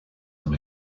them